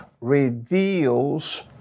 reveals